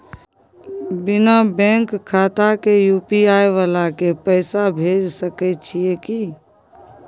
बिना बैंक खाता के यु.पी.आई वाला के पैसा भेज सकै छिए की?